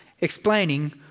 explaining